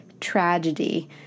tragedy